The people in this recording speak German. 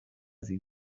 sie